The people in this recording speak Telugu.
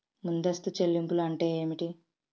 ముందస్తు చెల్లింపులు అంటే ఏమిటి?